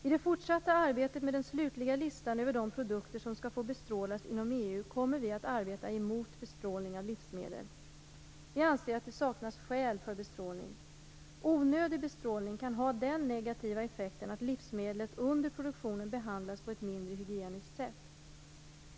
I det fortsatta arbetet med den slutliga listan över de produkter som skall få bestrålas inom EU kommer vi att arbeta emot bestrålning av livsmedel. Vi anser att det saknas skäl för bestrålning. Onödig bestrålning kan ha den negativa effekten att livsmedlet under produktionen behandlas på ett mindre hygieniskt sätt.